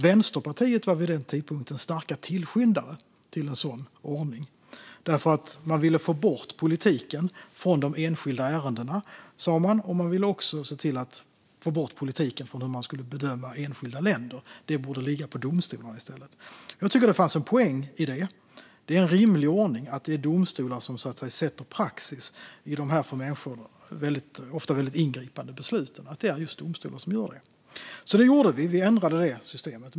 Vänsterpartiet var vid den tidpunkten starka tillskyndare av en sådan ordning. Man sa att man ville få bort politiken från de enskilda ärendena. Man ville också se till att få bort politiken från hur enskilda länder skulle bedömas; det borde i stället ligga på domstolarna. Jag tycker att det fanns en poäng i detta. Det är en rimlig ordning att det är domstolar som sätter praxis i dessa för människor ofta väldigt ingripande beslut. Vi ändrade detta system.